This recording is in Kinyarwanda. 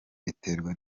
biterwa